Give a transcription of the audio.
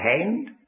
hand